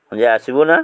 ହଁ ଯେ ଆସିବୁ ନା